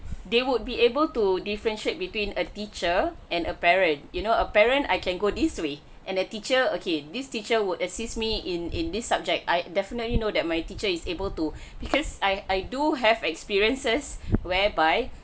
they would be able to differentiate between a teacher and a parent you know a parent I can go this way and a teacher okay this teacher would assist me in in this subject I definitely know that my teacher is able to because I I do have experiences whereby